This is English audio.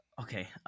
okay